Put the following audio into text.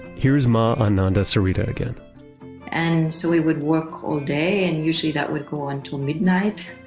here's ma ananda sarita again and so we would work all day and usually that would go on till midnight